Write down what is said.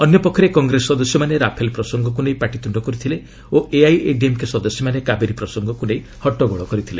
ଅନ୍ୟ ପକ୍ଷରେ କଂଗ୍ରେସ ସଦସ୍ୟମାନେ ରାଫେଲ ପ୍ରସଙ୍ଗକୁ ନେଇ ପାଟିତ୍ୱୁଣ୍ଡ କରିଥିଲେ ଓ ଏଆଇଏଡିଏମ୍କେ ସଦସ୍ୟମାନେ କାବେରୀ ପ୍ରସଙ୍ଗକୁ ନେଇ ହଟ୍ଟଗୋଳ କରିଥିଲେ